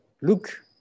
look